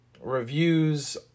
reviews